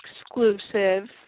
exclusive